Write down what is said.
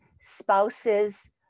spouses